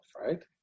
right